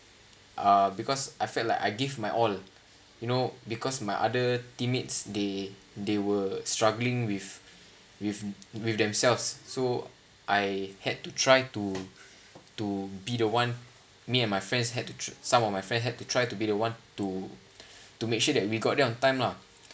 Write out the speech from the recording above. uh because I felt like I give my all you know because my other teammates they they were struggling with with with themselves so I had to try to to be the one me and my friends had to some of my friend had to try to be the one to to make sure that we got there on time lah